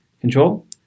control